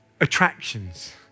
attractions